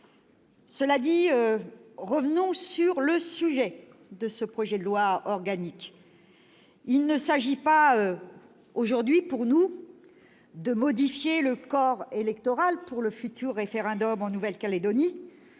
Cependant, revenons sur le sujet de ce projet de loi organique. Il s'agit aujourd'hui non pas de modifier le corps électoral pour le futur référendum en Nouvelle-Calédonie,